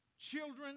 children